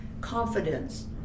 confidence